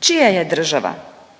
čija je država